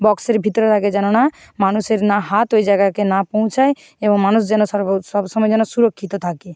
বক্সের ভিতরে থাকে যেন না মানুষের না হাত ওই জায়গাকে না পৌঁছায় এবং মানুষ যেন সর্ব সবসময় যেন সুরক্ষিত থাকে